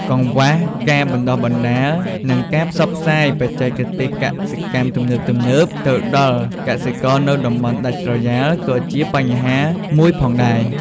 កង្វះការបណ្ដុះបណ្ដាល និងការផ្សព្វផ្សាយបច្ចេកទេសកសិកម្មទំនើបៗទៅដល់កសិករនៅតំបន់ដាច់ស្រយាលក៏ជាបញ្ហាមួយផងដែរ។